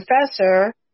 professor